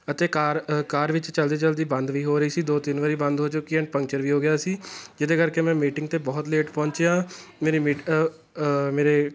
ਅਤੇ car car ਵਿੱਚ ਚੱਲਦੀ ਚੱਲਦੀ ਬੰਦ ਵੀ ਹੋ ਰਹੀ ਸੀ ਦੋ ਤਿੰਨ ਵਾਰ ਬੰਦ ਹੋ ਚੁੱਕੀ ਐਂਡ ਪੰਚਰ ਵੀ ਹੋ ਗਿਆ ਸੀ ਜਿਹਦੇ ਕਰਕੇ ਮੈਂ ਮੀਟਿੰਗ 'ਤੇ ਬਹੁਤ ਲੇਟ ਪਹੁੰਚਿਆ ਮੇਰੀ ਮੀ ਮੇਰੇ